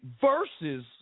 versus